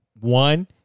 one